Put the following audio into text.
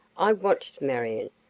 i watched marion,